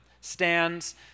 stands